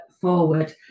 forward